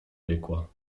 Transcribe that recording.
piekła